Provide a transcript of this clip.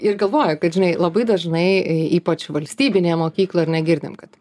ir galvoju kad žinai labai dažnai ypač valstybinėje mokykloj ar ne girdim kad